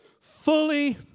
fully